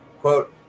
Quote